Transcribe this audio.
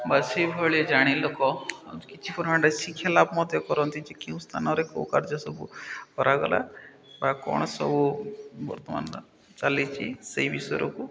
ବା ସେଇଭଳି ଜାଣି ଲୋକ କିଛି ପରିମାଣରେ ଶିକ୍ଷା ଲାଭ ମଧ୍ୟ କରନ୍ତି ଯେ କେଉଁ ସ୍ଥାନରେ କୋଉ କାର୍ଯ୍ୟ ସବୁ କରାଗଲା ବା କ'ଣ ସବୁ ବର୍ତ୍ତମାନ ଚାଲିଛି ସେଇ ବିଷୟରେ